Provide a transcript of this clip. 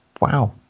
wow